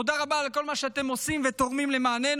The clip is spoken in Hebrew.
תודה רבה על כל מה שאתם עושים ותורמים למעננו.